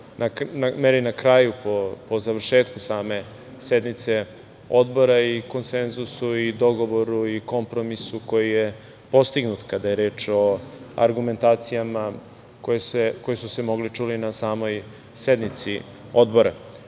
na kraju po završetku same sednice Odbora i konsenzusu i dogovoru i kompromisu koji je postignut kada je reč o argumentacijama mogle čuti na samoj sednici Odbora.